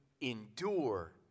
endure